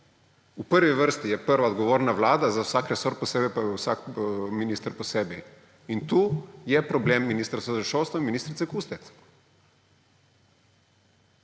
V prvi vrsti je prva odgovorna vlada, za vsak resor posebej pa je vsak minister posebej, in tu je problem ministrstva za šolstvo in ministrice Kustec.